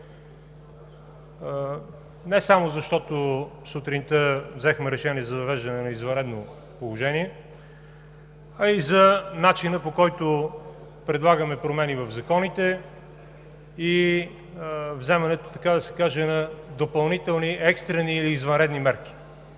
Не само защото сутринта взехме решение за въвеждане на извънредно положение, а и за начина, по който предлагаме промени в законите и вземането, така да се каже, на допълнителни, екстрени или извънредни мерки.